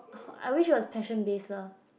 oh I wish it was passion based lah